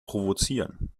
provozieren